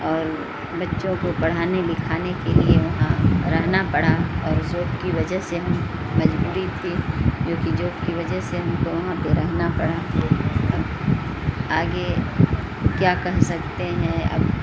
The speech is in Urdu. اور بچوں کو پڑھانے لکھانے کے لیے وہاں رہنا پڑا اور جاب کی وجہ سے ہم مجبوری تھی جوکہ جوب کی وجہ سے ہم کو وہاں پہ رہنا پڑا آگے کیا کہہ سکتے ہیں اب